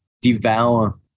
devour